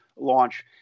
Launch